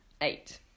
eight